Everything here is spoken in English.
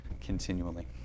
continually